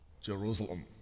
Jerusalem